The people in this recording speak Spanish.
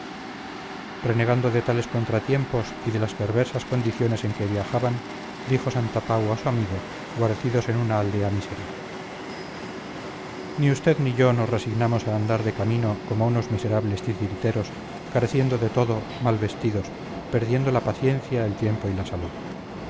renegando de tales contratiempos y de las perversas condiciones en que viajaban dijo santapau a su amigo guarecidos en una aldea mísera ni usted ni yo nos resignamos a andar de camino como unos miserables titiriteros careciendo de todo mal vestidos perdiendo la paciencia el tiempo y la salud